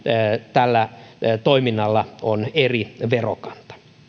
tällä heidän toiminnallaan on eri verokanta